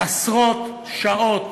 עשרות שעות,